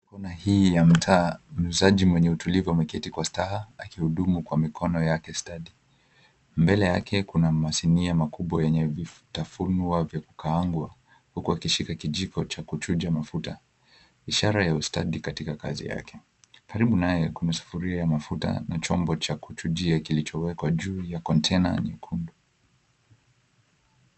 Kona hii ya mtaa, muuzaji mwenye utulivu ameketi kwa staha, akihudumu kwa mikono yake stadi. Mbele yake kuna masinia makubwa yenye vitafunwa vya kukaangwa, huku akishika kijiko cha kuchuja mafuta, ishara ya ustadi katika kazi yake. Karibu naye, kuna sufuria ya mafuta na chombo cha kuchujia kilichowekwa juu ya container nyekundu.